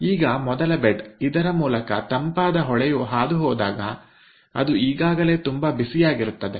ಈಗ ಮೊದಲ ಬೆಡ್ ಇದರ ಮೂಲಕ ತಂಪಾದ ಹೊಳೆಯು ಹಾದುಹೋದಾಗ ಅದು ಈಗಾಗಲೇ ತುಂಬಾ ಬಿಸಿಯಾಗಿರುತ್ತದೆ